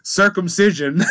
circumcision